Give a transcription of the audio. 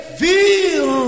feel